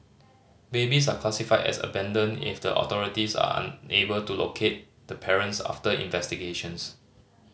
babies are classified as abandoned if the authorities are unable to locate the parents after investigations